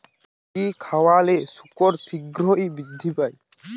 কি খাবালে শুকর শিঘ্রই বৃদ্ধি পায়?